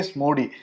modi